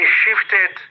shifted